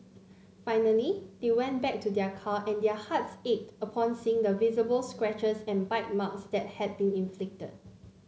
finally they went back to their car and their hearts ached upon seeing the visible scratches and bite marks that had been inflicted